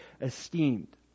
esteemed